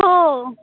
हो